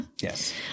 Yes